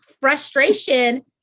frustration